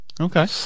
Okay